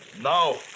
now